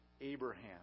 Abraham